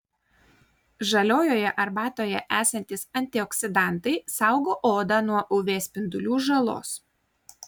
žaliojoje arbatoje esantys antioksidantai saugo odą nuo uv spindulių žalos